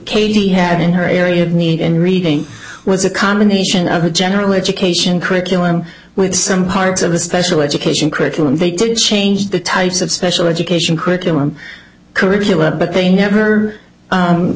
katie had in her area of need in reading was a combination of a general education curriculum with some parts of the special education curriculum they didn't change the types of special education curriculum curriculum but they never